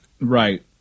Right